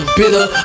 bitter